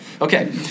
okay